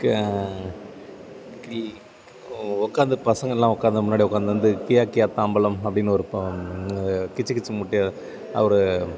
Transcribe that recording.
கி கொ உட்காந்து பசங்கெல்லாம் உட்காந்து முன்னாடி உட்காந்து வந்து கியாக்கியா தாம்பலம் அப்படின் ஒரு ப அது கிச்சிக்கிச்சு மூட்டி அது அது ஒரு